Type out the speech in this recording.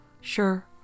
Sure